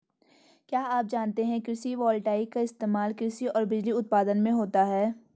क्या आप जानते है कृषि वोल्टेइक का इस्तेमाल कृषि और बिजली उत्पादन में होता है?